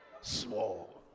Small